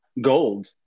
gold